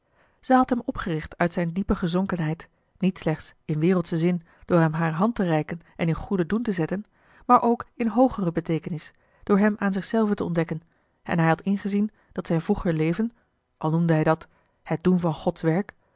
zij had hem opgericht uit zijne diepe gezonkenheid niet slechts in wereldschen zin door hem hare hand te reiken en in goeden doen te zetten maar ook in hoogere beteekenis a l g bosboom-toussaint de delftsche wonderdokter eel door hem aan zich zelven te ontdekken en hij had ingezien dat zijn vroeger leven al noemde hij dat het doen van gods werk